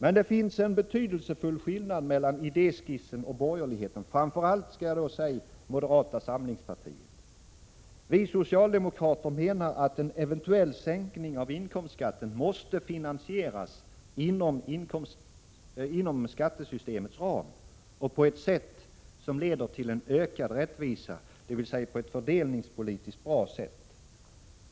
Men det finns en betydelsefull skillnad mellan idéskissen och borgerligheten — framför allt moderata samlingspartiet: vi socialdemokrater menar att en eventuell sänkning av inkomstskatten måste finansieras inom skattesystemets ram och på ett sätt som leder till en ökad rättvisa, dvs. på ett fördelningspolitiskt bra sätt.